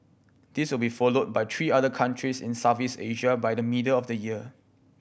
this will be followed by three other countries in Southeast Asia by the middle of the year